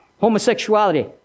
homosexuality